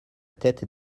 tête